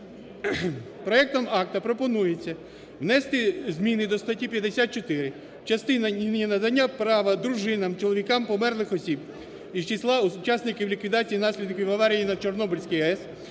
Проектом акта пропонується внести зміни до статті 54 в частині надання права дружинам, чоловікам померлих осіб із числа учасників ліквідації наслідків аварії на Чорнобильській АЕС